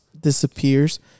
disappears